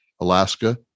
Alaska